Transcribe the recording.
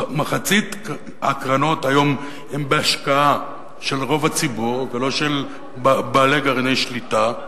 שמחצית הקרנות היום הן בהשקעה של רוב הציבור ולא של בעלי גרעיני שליטה,